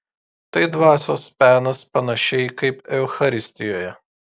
tai dvasios penas panašiai kaip eucharistijoje